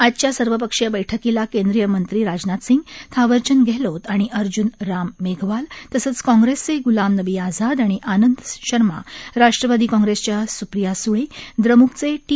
आजच्या सर्वपक्षीय बैठकीला केंद्रीय मंत्री राजनाथ सिंग थावरचंद गहलोत आणि अर्जुन राम मेघवाल तसंच काँग्रेसचे ग्लाम नबी आझाद आणि आनंद शर्मा राष्ट्रवादी काँग्रेसच्या सुप्रिया स्ळे द्रम्कचे टी